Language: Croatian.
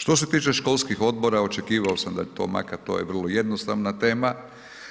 Što se tiče školskih odbora očekivao sam da je to makar to je vrlo jednostavna tema,